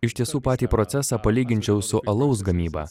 iš tiesų patį procesą palyginčiau su alaus gamyba